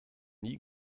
nie